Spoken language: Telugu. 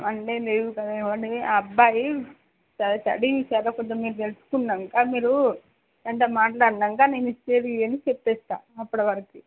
వన్ డే లీవ్ కదా వన్ డే ఆ అబ్బాయి తన స్టడీ చదవకుండా మేము తెలుసుకున్నాం ఇంక మీరు ఆయనతోటి మాట్లాడాక నేను ఇచ్చేది ఇయ్యంది చెప్పేస్తా అప్పటి వరకు